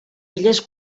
illes